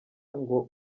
ngo